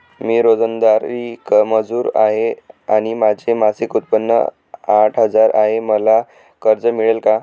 मी रोजंदारी मजूर आहे आणि माझे मासिक उत्त्पन्न आठ हजार आहे, मला कर्ज मिळेल का?